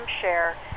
share